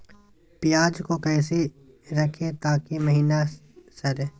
प्याज को कैसे रखे ताकि महिना सड़े?